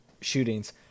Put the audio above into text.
shootings